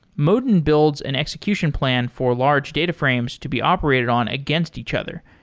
modin builds an execution plan for large data frames to be operated on against each other,